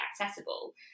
accessible